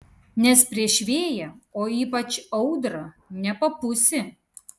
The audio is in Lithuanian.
nes prieš vėją o ypač audrą nepapūsi